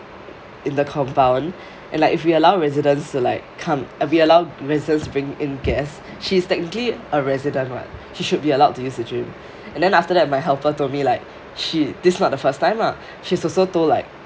in the compound and like if we allow residents to like come we allow residents to bring in guests she is technically a resident [what] she should be allowed to use the gym and then after that my helper told me like she this is not the first time lah she also told like